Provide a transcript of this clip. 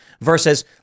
versus